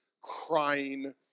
crying